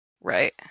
Right